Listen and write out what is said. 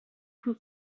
who